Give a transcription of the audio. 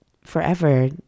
forever